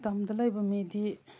ꯇꯝꯗ ꯂꯩꯕ ꯃꯤꯗꯤ